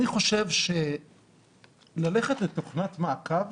אני חושב שללכת לתוכנת מעקב